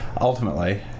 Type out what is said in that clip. ultimately